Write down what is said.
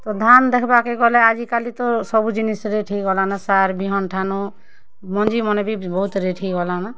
ତ ଧାନ୍ ଦେଖ୍ବାକେ ଗଲେ ଆଜିକାଲି ତ ସବୁ ଜିନିଷ୍ ରେଟ୍ ହେଇଗଲାନ ସାର୍ ବିହନ୍ ଠାନୁ ମଞ୍ଜି ମନେ ବି ବହୁତ୍ ରେଟ୍ ହେଇଗଲାନ